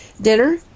Dinner